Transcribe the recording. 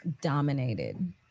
dominated